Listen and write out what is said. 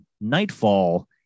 nightfall